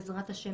בעזרת השם,